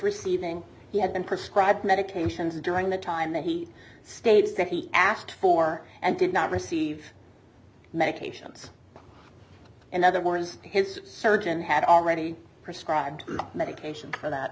receiving and prescribe medications during the time that he states that he asked for and did not receive medications in other words his surgeon had already prescribed medication for that